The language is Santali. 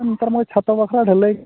ᱱᱮᱛᱟᱨ ᱢᱟ ᱪᱷᱟᱛᱟ ᱵᱟᱠᱷᱨᱟ ᱰᱷᱟᱹᱞᱟᱹᱭ